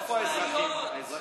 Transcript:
איפה האזרחים?